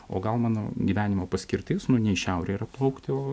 o gal mano gyvenimo paskirtis nu ne į šiaurę yra plaukti o